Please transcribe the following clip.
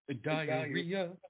Diarrhea